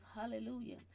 hallelujah